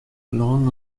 long